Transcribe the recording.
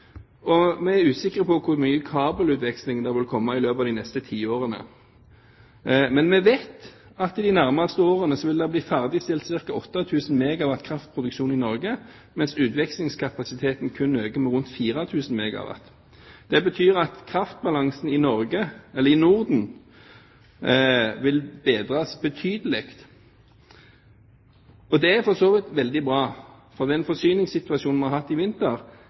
Vi er usikre på hvor mye kabelutveksling det vil komme i løpet av de neste tiårene. Men vi vet at i det i de nærmeste årene vil bli ferdigstilt ca. 8 000 MW kraftproduksjon i Norge, mens utvekslingskapasiteten kun øker med rundt 4 000 MW. Det betyr at kraftbalansen i Norden vil bedres betydelig. Det er for så vidt veldig bra, for den forsyningssituasjonen vi har hatt i vinter,